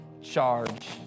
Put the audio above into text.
charge